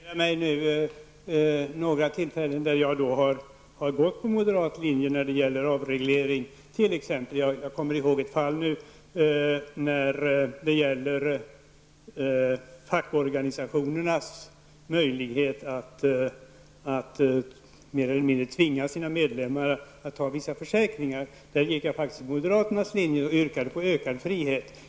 Herr talman! Jag försöker erinra mig några tillfällen då jag har gått på moderaternas linje när det gäller avreglering. Jag kommer i håg ett fall som gällde de fackliga organisationernas möjlighet att mer eller mindre tvinga sina medlemmar att teckna vissa försäkringar. I detta sammanhang gick jag faktiskt på moderaternas linje och yrkade på ökad frihet.